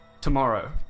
Tomorrow